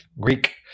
Greek